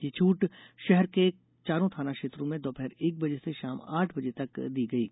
ये छूट शहर के चारों थाना क्षेत्र में दोपहर एक बजे से शाम आठ बजे तक दी गयी